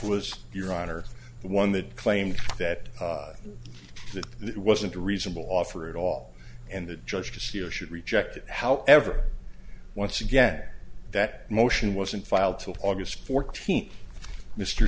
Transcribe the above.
was your honor one that claimed that it wasn't a reasonable offer at all and the judge to see or should reject it however once again that motion wasn't filed till august fourteenth mr